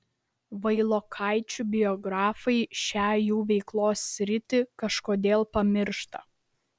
vailokaičių biografai šią jų veiklos sritį kažkodėl pamiršta